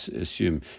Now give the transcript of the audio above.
assume